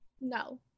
No